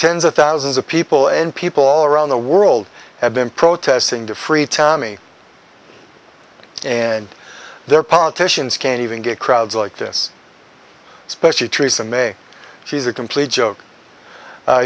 tens of thousands of people and people all around the world have been protesting the free tommy and their politicians can even get crowds like this especially true some may she's a complete joke